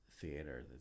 theater